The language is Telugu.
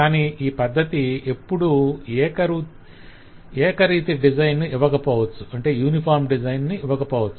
కాని ఈ పద్ధతి ఎప్పుడూ ఏకరీతి డిజైన్ ను ఇవ్వకపోవచ్చు